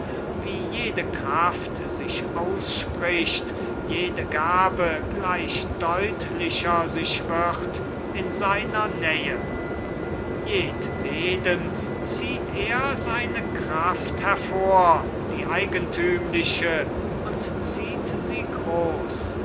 wie jede kraft sich ausspricht jede gabe gleich deutlicher sich wird in seiner nähe jedwedem zieht er seine kraft hervor die eigentümliche und zieht sie groß